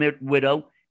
widow